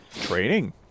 training